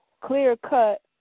clear-cut